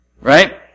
Right